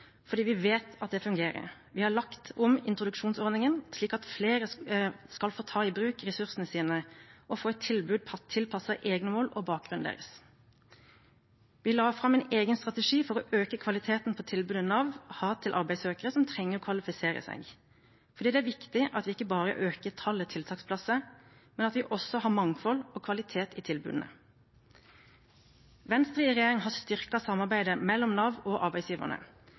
fordi vi vet at det fungerer. Vi har lagt om introduksjonsordningen slik at flere skal få ta i bruk ressursene sine og få et tilbud tilpasset egne mål og egen bakgrunn. Vi la fram en egen strategi for å øke kvaliteten på tilbudet Nav har til arbeidssøkere som trenger å kvalifisere seg, fordi det er viktig at vi ikke bare øker antallet tiltaksplasser, men at vi også har mangfold og kvalitet i tilbudene. Venstre i regjering har styrket samarbeidet mellom Nav og arbeidsgiverne